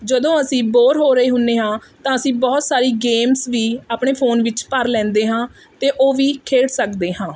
ਜਦੋਂ ਅਸੀਂ ਬੋਰ ਹੋ ਰਹੇ ਹੁੰਦੇ ਹਾਂ ਤਾਂ ਅਸੀਂ ਬਹੁਤ ਸਾਰੀ ਗੇਮਸ ਵੀ ਆਪਣੇ ਫੋਨ ਵਿੱਚ ਭਰ ਲੈਂਦੇ ਹਾਂ ਅਤੇ ਉਹ ਵੀ ਖੇਡ ਸਕਦੇ ਹਾਂ